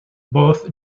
both